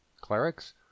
clerics